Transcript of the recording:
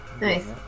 Nice